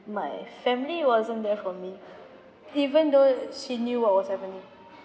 my family wasn't there for me even though she knew what was happening